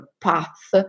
path